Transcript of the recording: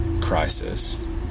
crisis